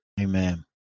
Amen